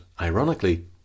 ironically